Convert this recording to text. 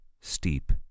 steep